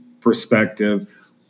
perspective